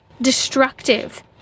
destructive